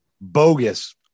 bogus